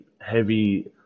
heavy